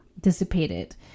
dissipated